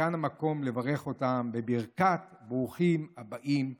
וכאן המקום לברך אותם בברכת ברוכים הבאים להילולה,